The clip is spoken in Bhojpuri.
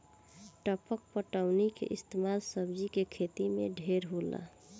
टपक पटौनी के इस्तमाल सब्जी के खेती मे ढेर होला